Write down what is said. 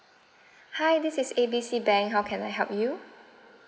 hi this is A B C bank how can I help you